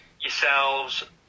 yourselves